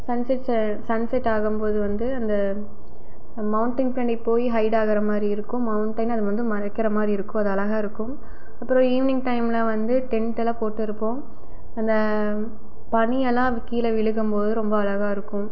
sunset ச sunset ஆகும்போது வந்து அந்த மௌண்டெய்ன் பின்னாடி போய் ஹைட் ஆகிற மாதிரி இருக்கும் மௌண்டெய்ன் அதை வந்து மறைக்கிற மாதிரி இருக்கும் அது அழகாக இருக்கும் அப்புறம் ஈவ்னிங் டைமில் வந்து டென்ட்டெல்லாம் போட்டு இருப்போம் அந்த பனியெலாம் வி கீழே விழுகும்போது ரொம்ப அழகாக இருக்கும்